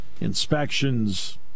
Inspections